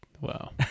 Wow